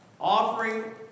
Offering